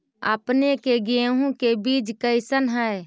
अपने के गेहूं के बीज कैसन है?